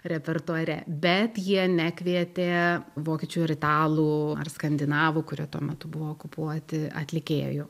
repertuare bet jie nekvietė vokiečių ir italų ar skandinavų kurie tuo metu buvo okupuoti atlikėjų